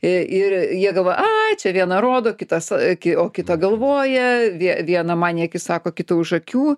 ir jie galvoja ai čia viena rodo kitą sa o kitą galvoja vie vieną man į akis sako o kitą už akių